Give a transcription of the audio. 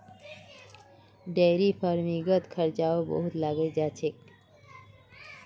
dairy फ़ार्मिंगत खर्चाओ बहुत लागे जा छेक